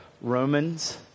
Romans